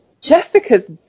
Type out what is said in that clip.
jessica's